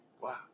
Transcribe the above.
Wow